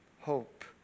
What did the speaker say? hope